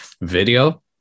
video